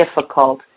difficult